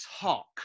talk